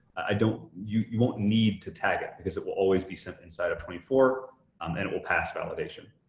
i don't, you you won't need to tag it, because it will always be sitting inside of twenty four um and it will pass validation.